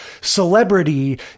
celebrity